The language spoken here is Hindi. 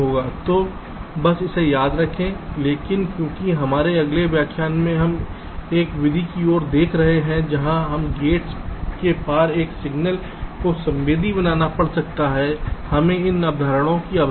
तो बस इसे याद रखें लेकिन क्योंकि हमारे अगले व्याख्यान में हम एक विधि की ओर देख रहे हैं जहां हमें गेट्स के पार एक सिग्नल को संवेदी बनाना पड़ सकता है हमें इन अवधारणाओं की आवश्यकता है